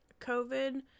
covid